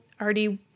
already